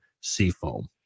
seafoam